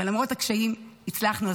ולמרות הקשיים הצלחנו.